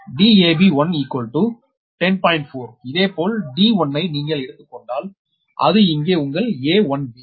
4 இதேபோல் d 1 ஐ நீங்கள் எடுத்துக் கொண்டால் அது இங்கே உங்கள் a1b